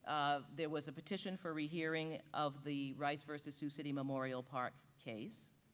there was a petition for rehearing of the rice versus sioux city memorial park case.